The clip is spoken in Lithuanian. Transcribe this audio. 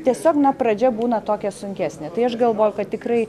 tiesiog na pradžia būna tokia sunkesnė tai aš galvoju kad tikrai